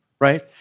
right